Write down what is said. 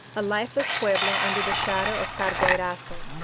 a lifeless pueblo under the shadow of carguairazo.